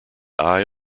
eye